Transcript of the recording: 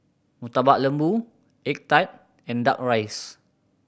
Murtabak Lembu egg tart and Duck Rice